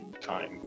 time